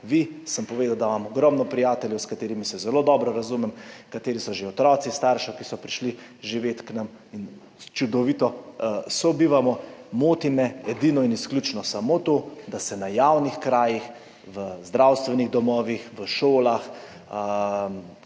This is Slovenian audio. vi. Povedal sem, da imam ogromno prijateljev, s katerimi se zelo dobro razumem, ki so že otroci staršev, ki so prišli živet k nam, in čudovito sobivamo. Moti me edino in izključno samo to, da se na javnih krajih, v zdravstvenih domovih, v šolah,